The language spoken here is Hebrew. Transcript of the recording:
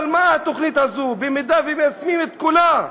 אבל מה התוכנית הזאת, אם מיישמים את כולה,